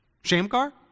Shamgar